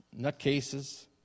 nutcases